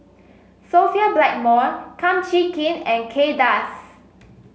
Sophia Blackmore Kum Chee Kin and Kay Das